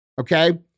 okay